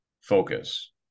focus